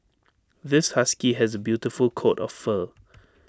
this husky has A beautiful coat of fur